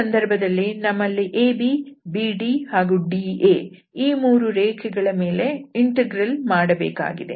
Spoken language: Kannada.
ಈ ಸಂದರ್ಭದಲ್ಲಿ ನಮ್ಮಲ್ಲಿ A B B Dಹಾಗೂ D A ಈ ಮೂರು ರೇಖೆಗಳ ಮೇಲೆ ಇಂಟೆಗ್ರಲ್ ಮಾಡಬೇಕಾಗಿದೆ